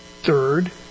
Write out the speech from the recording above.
third